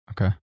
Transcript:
Okay